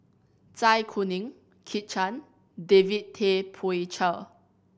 Zai Kuning Kit Chan David Tay Poey Cher